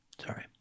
Sorry